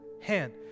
hand